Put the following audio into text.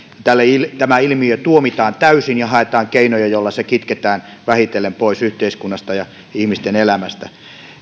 tämä ilmiö tuomitaan täysin ja haetaan keinoja joilla se kitketään vähitellen pois yhteiskunnasta ja ihmisten elämästä